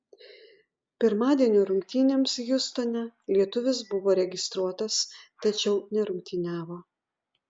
pirmadienio rungtynėms hjustone lietuvis buvo registruotas tačiau nerungtyniavo